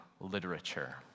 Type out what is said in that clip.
Literature